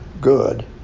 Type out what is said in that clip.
good